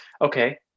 okay